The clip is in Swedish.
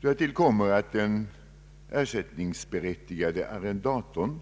Därtill kommer att den ersättningsberättigade arrendatorn